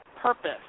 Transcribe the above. purpose